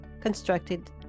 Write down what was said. constructed